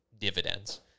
dividends